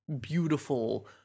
beautiful